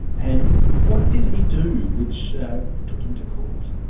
and what did he do which took him to court?